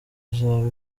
izaba